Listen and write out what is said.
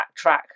backtrack